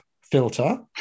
filter